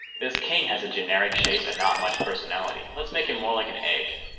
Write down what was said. this king has a generic shape and not much personality. let's make it more like an egg.